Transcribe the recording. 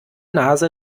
nase